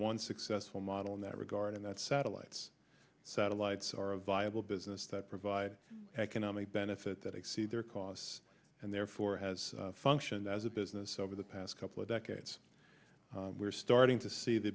one successful model in that regard and that satellites satellites are a viable business that provide economic benefit that exceed their costs and therefore has functioned as a business over the past couple of decades we're starting to see the